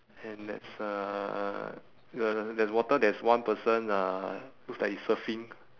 and that's uh the there's water there's one person uh who's like surfing